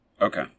Okay